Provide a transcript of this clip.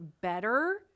better